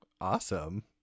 Awesome